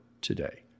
today